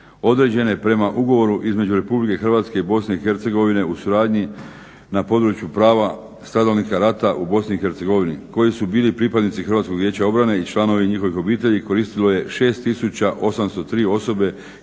određene prema ugovoru između Republike Hrvatske i Bosne i Hercegovine u suradnji na području prava stradalnika rata u Bosni i Hercegovini koji su bili pripadnici Hrvatskog vijeća obrane i članovi njihovih obitelji koristilo je 6803 osobe